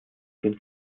dem